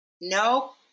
nope